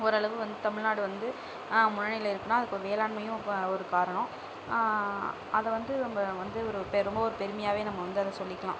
ஓரளவு வந்து தமிழ்நாடு வந்து முன்னிலையில் இருக்குதுனா அதுக்கு வேளாண்மையும் இப்போ ஒரு காரணம் அது வந்து அவங்க வந்து ஒரு ரொம்ப ஒரு பெருமையாகவே நம்ம வந்து அதை சொல்லிக்கலாம்